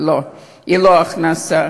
לא, היא לא הכנסה.